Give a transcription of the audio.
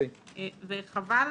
וחבל